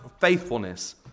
faithfulness